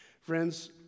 Friends